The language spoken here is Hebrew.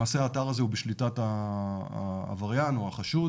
למעשה האתר הזה הוא בשליטת העבריין או החשוד